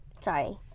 sorry